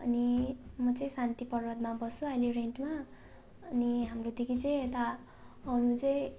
अनि म चाहिँ शान्ति पर्वतमा बस्छु अहिले रेन्टमा अनि हाम्रोदेखि चाहिँ यता आउनु चाहिँ